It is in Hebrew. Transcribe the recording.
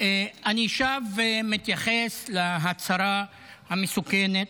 אני שב ומתייחס להצהרה המסוכנת,